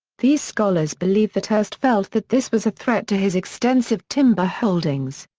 these scholars believe that hearst felt that this was a threat to his extensive timber holdings.